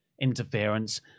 interference